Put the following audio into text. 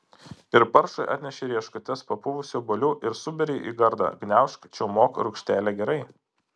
ir paršui atneši rieškutes papuvusių obuolių ir suberi į gardą graužk čiaumok rūgštelė gerai